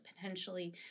potentially